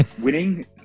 winning